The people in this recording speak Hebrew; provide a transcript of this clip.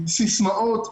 סיסמאות,